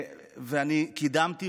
אני קידמתי,